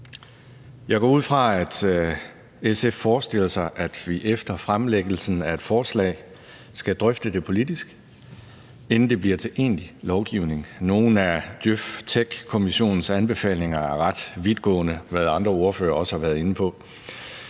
Jeg går ud fra, at SF forestiller sig, at vi efter fremlæggelsen af et forslag skal drøfte det politisk, inden det bliver til egentlig lovgivning. Nogle af Djøf-techkommissionens anbefalinger er ret vidtgående, hvad andre ordførere også har været inde på,